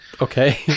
okay